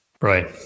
Right